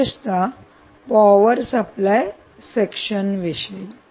विशेषत power supply section विषयी